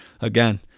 Again